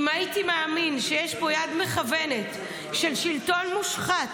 "אם הייתי מאמין שיש פה יד מכוונת של שלטון מושחת